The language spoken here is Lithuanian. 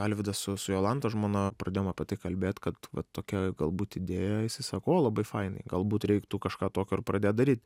alvydas su su jolanta žmona pradėjom apie tai kalbėt kad va tokia galbūt idėja jisai sako o labai fainai galbūt reiktų kažką tokio ir pradėt daryt